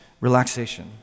relaxation